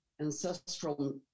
ancestral